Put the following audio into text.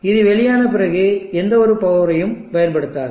இது வெளியான பிறகு இது எந்த பவரையும் பயன்படுத்தாது